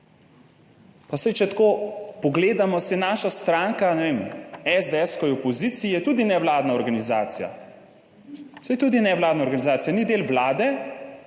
Pa saj, če tako pogledamo, saj naša stranka, ne vem, SDS, ko je v opoziciji je tudi nevladna organizacija. Saj tudi nevladna organizacija, ni del Vlade